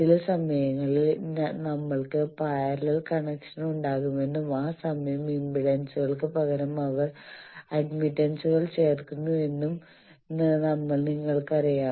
ചില സമയങ്ങളിൽ നമ്മൾക്ക് പാരലൽ കണക്ഷനുകൾ ഉണ്ടാകുമെന്നും ആ സമയം ഇംപെഡൻസുകൾക്ക് പകരം അവർ അഡ്മിറ്റൻസുകൾ ചേർക്കുന്നു എന്നും നിങ്ങൾക്കറിയാം